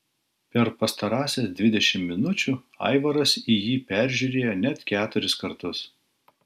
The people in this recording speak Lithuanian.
per pastarąsias dvidešimt minučių aivaras jį peržiūrėjo net keturis kartus